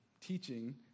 teaching